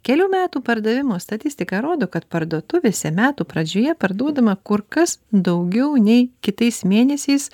kelių metų pardavimų statistika rodo kad parduotuvėse metų pradžioje parduodama kur kas daugiau nei kitais mėnesiais